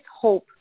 hope